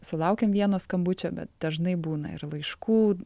sulaukėm vieno skambučio bet dažnai būna ir laiškų